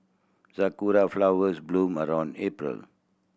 sakura flowers bloom around April